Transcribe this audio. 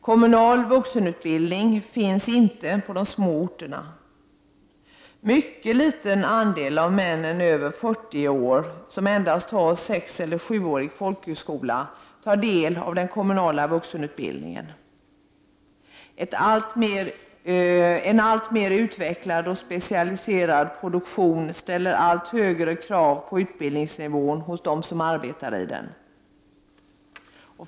Kommunal vuxenutbildning finns inte på de små orterna. En mycket liten andel av de män över 40 år som endast har sexeller sjuårig folkskola tar del av den kommunala vuxenutbildningen. En alltmer utvecklad och specialiserad produktion ställer allt högre krav på utbildningsnivån hos dem som arbetar inom den.